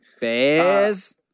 Bears